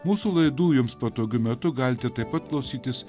mūsų laidų jums patogiu metu galite taip pat klausytis